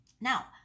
Now